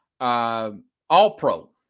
All-Pro